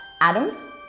Adam